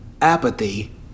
apathy